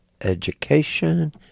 education